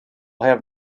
have